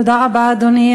תודה רבה, אדוני.